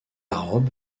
robe